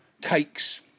cakes